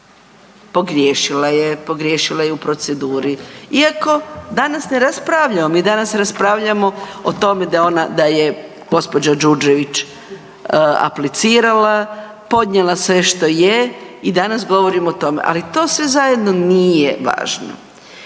pogriješila je, pogriješila je u proceduri. Iako danas ne raspravljamo. Mi danas raspravljamo o tome da je gospođa Đurđević aplicirala, podnijela sve što je i danas govorimo o tome. Ali to sve zajedno nije važno.